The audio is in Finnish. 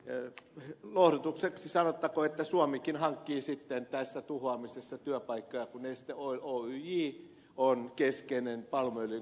lohdutukseksi sanottakoon että suomikin hankkii sitten tässä tuhoamisessa työpaikkoja kun neste oil oyj on keskeinen palmuöljyn käyttäjä